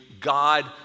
God